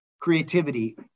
creativity